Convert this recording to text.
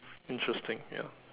interesting ya